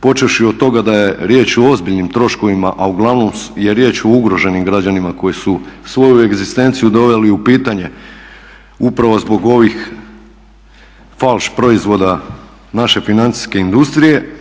počevši od toga da je riječ o ozbiljnim troškovima, a uglavnom je riječ o ugroženim građanima koji su svoju egzistenciju doveli u pitanje upravo zbog ovih falš proizvoda naše financijske industrije.